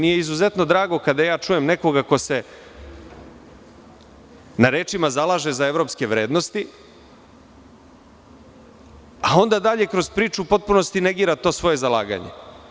Izuzetno mi je drago kada čujem nekoga ko se na rečima zalaže za evropske vrednosti, a onda kroz priču u potpunosti negira to svoje zalaganje.